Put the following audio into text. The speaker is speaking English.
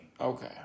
Okay